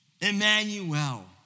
Emmanuel